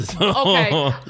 Okay